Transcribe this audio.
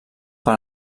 per